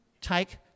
take